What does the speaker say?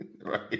Right